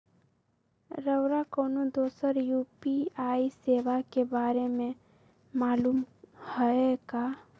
रउरा कोनो दोसर यू.पी.आई सेवा के बारे मे मालुम हए का?